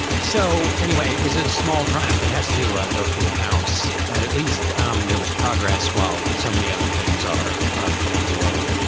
so anyway, it was a small triumph. it has to go through the house, but at least um there was progress while so many other things are ah full of woe